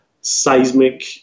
seismic